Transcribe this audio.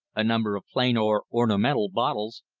a number of plain or ornamental bottles,